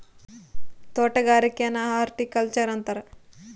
ತೊಟಗಾರಿಕೆನ horticulture ಅಂತಾರ